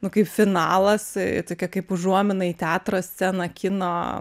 nu kaip finalas tokia kaip užuomina į teatro sceną kino